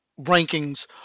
rankings